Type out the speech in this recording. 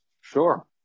Sure